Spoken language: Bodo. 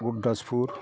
बददासपुर